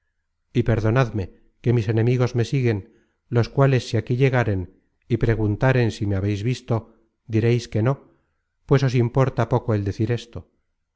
y perdonadme que mis enemigos me siguen los cuales si aquí llegaren y preguntaren si me habeis visto direis que no pues os importa poco el decir esto